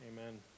Amen